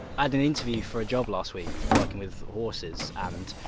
i had an interview for a job last week, working with horses, and,